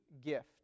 gift